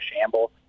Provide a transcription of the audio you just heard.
shamble